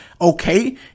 okay